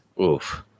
Oof